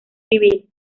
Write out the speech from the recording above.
civil